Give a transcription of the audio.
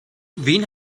wen